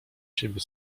siebie